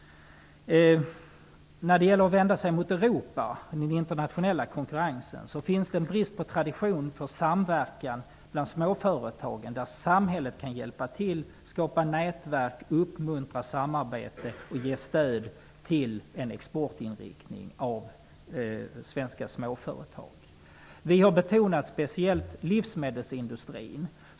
När det gäller Europa och den internationella konkurrensen finns det brist på tradition i fråga om samverkan bland småföretagen. Samhället kan hjälpa till, skapa nätverk, uppmuntra samarbete och ge stöd till en exportinriktning av svenska småföretag. Vi har speciellt betonat livsmedelsindustrin.